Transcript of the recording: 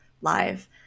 live